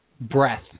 breath